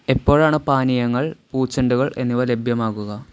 എപ്പോഴാണ് പാനീയങ്ങൾ പൂച്ചെണ്ടുകൾ എന്നിവ ലഭ്യമാകുക